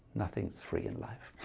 nothing's free in life